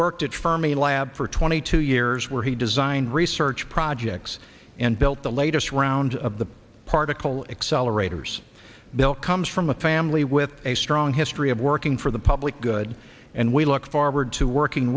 worked at fermi lab for twenty two years where he designed research projects and built the latest round of the particle accelerators bill comes from a family with a strong history of working for the public good and we look forward to working